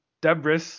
debris